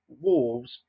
Wolves